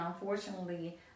unfortunately